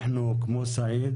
אנחנו, כמו סעיד,